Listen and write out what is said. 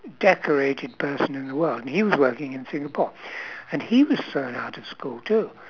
decorated person in the world and he was working in singapore and he was thrown out of school too